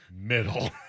middle